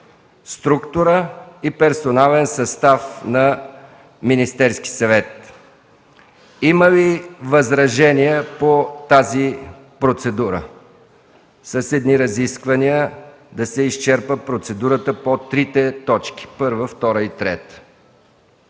структура и персонален състав на Министерския съвет. Има ли възражения по тази процедура – с едни разисквания да се изчерпи процедурата по трите точки: първа, втора и трета?